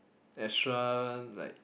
extra like